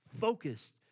focused